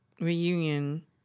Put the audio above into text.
reunion